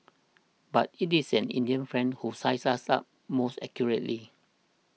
but it is an Indian friend who sized us up most accurately